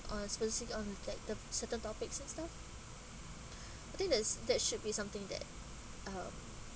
um specific on reflected certain topics and stuff I think there's that should be something that uh